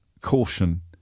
caution